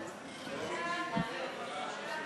ההצעה להעביר את הצעת חוק